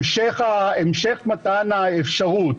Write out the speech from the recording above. המשך מתן האפשרות